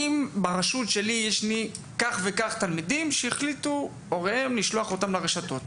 אם ברשות שלי יש לי כך וכך תלמידים שהוריהם החליטו לשלוח אותם לרשתות